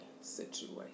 situation